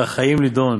והחיים לדון.